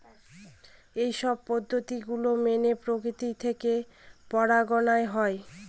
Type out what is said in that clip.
এইসব পদ্ধতি গুলো মেনে প্রকৃতি থেকে পরাগায়ন হয়